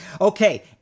Okay